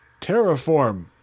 terraform